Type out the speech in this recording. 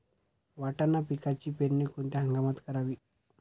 वाटाणा पिकाची पेरणी कोणत्या हंगामात करावी?